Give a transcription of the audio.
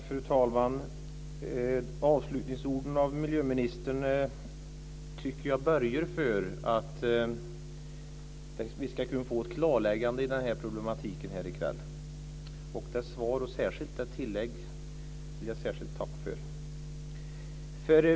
Fru talman! Miljöministerns avslutningsord tycker jag borgar för att vi ska kunna få ett klarläggande när det gäller denna problematik här i kväll. Det svaret, och särskilt avslutningsorden, vill jag tacka för.